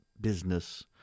business